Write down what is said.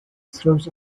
throws